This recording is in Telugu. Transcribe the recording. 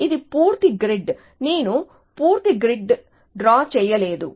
ఇది పూర్తి గ్రిడ్ నేను పూర్తి గ్రిడ్ డ్రా చేయలేదు